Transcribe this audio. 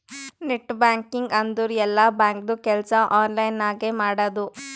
net banking ಅಂದುರ್ ಎಲ್ಲಾ ಬ್ಯಾಂಕ್ದು ಕೆಲ್ಸಾ ಆನ್ಲೈನ್ ನಾಗೆ ಮಾಡದು